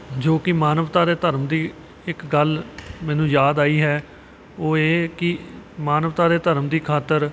ਜੋ ਕਿ ਮਾਨਵਤਾ ਦੇ ਧਰਮ ਦੀ ਇੱਕ ਗੱਲ ਮੈਨੂੰ ਯਾਦ ਆਈ ਹੈ ਉਹ ਇਹ ਕਿ ਮਾਨਵਤਾ ਦੇ ਧਰਮ ਦੀ ਖਾਤਰ